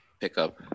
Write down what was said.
pickup